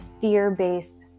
fear-based